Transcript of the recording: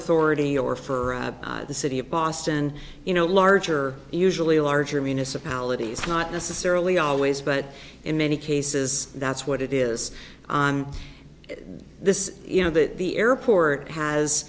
authority or for the city of boston you know larger usually larger municipalities not necessarily always but in many cases that's what it is this is you know that the airport has